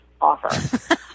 offer